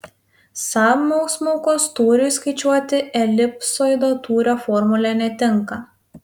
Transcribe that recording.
sąsmaukos tūriui skaičiuoti elipsoido tūrio formulė netinka